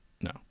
No